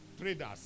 traders